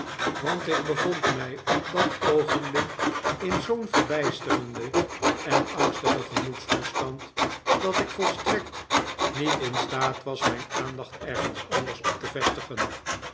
want ik bevond mij op dat oogenblik in zoo'n verbijsterden en angstigen gemoedstoestand dat ik volstrekt niet in staat was mijn aandacht ergens anders op te vestigen